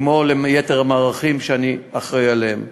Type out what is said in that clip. כמו ליתר המערכים שאני אחראי עליהם.